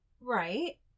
Right